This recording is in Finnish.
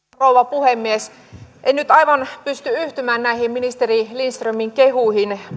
puhemies en nyt aivan pysty yhtymään näihin ministeri lindströmin kehuihin